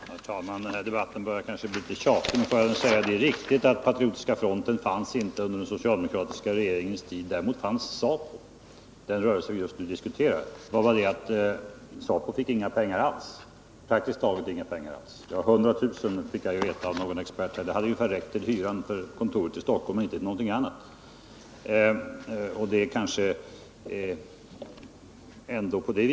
Herr talman! Den här debatten börjar kanske bli litet tjatig, men låt mig ändå säga att det är riktigt att Patriotiska fronten inte fanns på den socialdemokratiska regeringens tid. Däremot fanns ZAPU, den rörelse vi just nu diskuterar. Det är bara det att ZAPU fick praktiskt taget inga pengar alls — man fick 100 000. Det hade ungefär räckt till hyran för kontoret i Stockholm och inte till någonting annat.